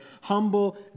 humble